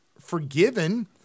forgiven